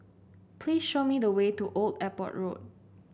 please show me the way to Old Airport Road